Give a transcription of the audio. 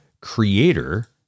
creator